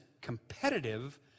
competitive